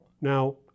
Now